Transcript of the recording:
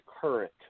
current